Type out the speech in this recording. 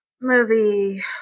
movie